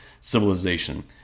civilization